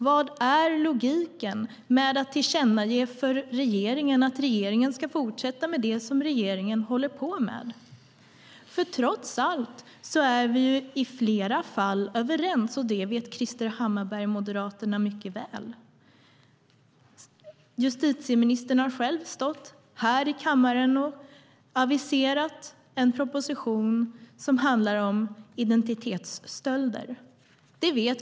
Vad är logiken i att tillkännage för regeringen att regeringen ska fortsätta med det som regeringen håller på med? Trots allt är vi i flera fall överens, och det vet Krister Hammarbergh och Moderaterna mycket väl. Justitieministern har själv stått här i kammaren och aviserat en proposition som handlar om identitetsstölder.